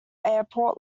airport